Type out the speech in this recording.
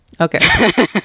Okay